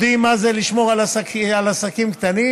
אנחנו יודעים מה זה לשמור על עסקים קטנים,